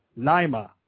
Lima